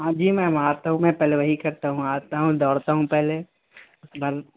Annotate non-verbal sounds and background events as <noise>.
ہاں جی میم آتا ہوں میں پہلے وہی کرتا ہوں آتا ہوں دوڑتا ہوں پہلے <unintelligible>